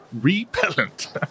repellent